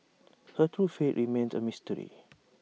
her true fate remains A mystery